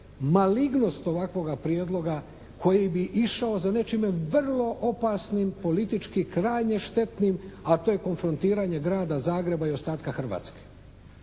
malignost ovakvoga prijedloga koji bi išao za nečime vrlo opasnim politički krajnje štetnim a to je konfrontiranje Grada Zagreba i ostatka Hrvatske.